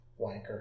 wanker